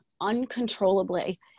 uncontrollably